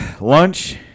Lunch